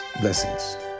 Blessings